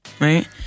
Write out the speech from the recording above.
right